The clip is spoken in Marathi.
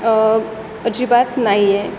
अजिबात नाही आहे